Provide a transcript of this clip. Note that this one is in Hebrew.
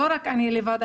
ולא רק אני לבד,